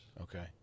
okay